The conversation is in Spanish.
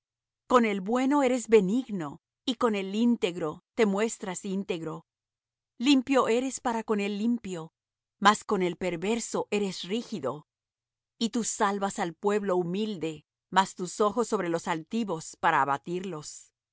con el bueno eres benigno y con el íntegro te muestras íntegro limpio eres para con el limpio mas con el perverso eres rígido y tú salvas al pueblo humilde mas tus ojos sobre los altivos para abatirlos